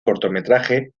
cortometraje